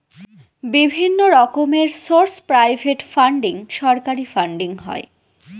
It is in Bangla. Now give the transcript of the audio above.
বিভিন্ন রকমের সোর্স প্রাইভেট ফান্ডিং, সরকারি ফান্ডিং হয়